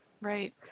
Right